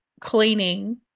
cleaning